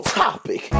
topic